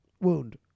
wound